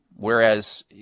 Whereas